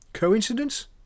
Coincidence